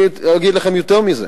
אני אגיד לכם יותר מזה: